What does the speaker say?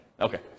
Okay